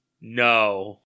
no